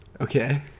Okay